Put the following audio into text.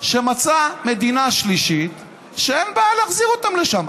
מצא מדינה שלישית שאין בעיה להחזיר אותם לשם.